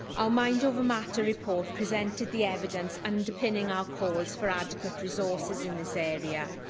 our mind over matter report presented the evidence underpinning our calls for adequate resources in this area.